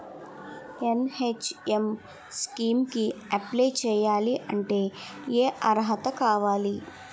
NHM scheme కి apply చేయాలి అంటే ఏ అర్హత కావాలి?